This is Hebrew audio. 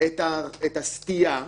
על הפתרון הזה שאתה מציע,